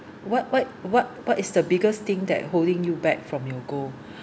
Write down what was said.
what what what what is the biggest thing that holding you back from your goal